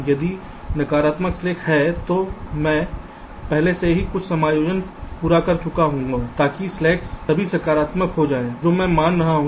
यदि नकारात्मक स्लैक्स हैं तो मैं पहले से ही कुछ समायोजन पूरा कर चुका हूं ताकि स्लैक्स सभी सकारात्मक हो जाएं जो मैं मान रहा हूं